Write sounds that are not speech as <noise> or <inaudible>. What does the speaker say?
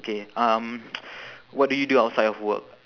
okay um <noise> what do you do outside of work